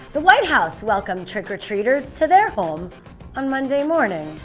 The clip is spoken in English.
the white house welcomed trick-or-treaters to their home on monday morning.